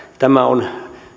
tämä on